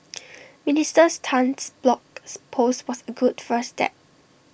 ministers Tan's blogs post was A good first step